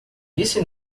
disse